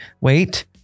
Wait